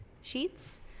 sheets